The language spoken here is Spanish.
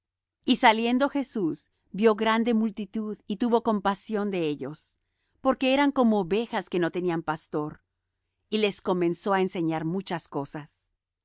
y saliendo jesús vió grande multitud y tuvo compasión de ellos porque eran como ovejas que no tenían pastor y les comenzó á enseñar muchas cosas